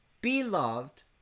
beloved